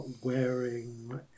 wearing